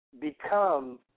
become